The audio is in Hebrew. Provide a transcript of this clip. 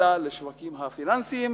אלא לשווקים הפיננסיים,